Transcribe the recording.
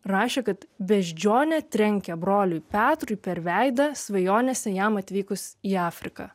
rašė kad beždžionė trenkė broliui petrui per veidą svajonėse jam atvykus į afriką